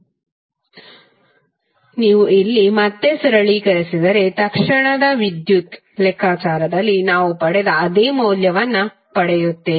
2 ನೀವು ಮತ್ತೆ ಸರಳೀಕರಿಸಿದರೆ ತಕ್ಷಣದ ವಿದ್ಯುತ್ ಲೆಕ್ಕಾಚಾರದಲ್ಲಿ ನಾವು ನೋಡಿದ ಅದೇ ಮೌಲ್ಯವನ್ನು ಪಡೆಯುತ್ತೇವೆ